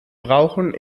brauchen